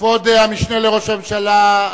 כבוד המשנה לראש הממשלה,